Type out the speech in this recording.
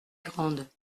grande